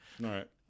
right